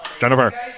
Jennifer